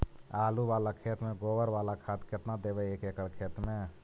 आलु बाला खेत मे गोबर बाला खाद केतना देबै एक एकड़ खेत में?